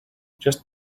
just